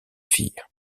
fille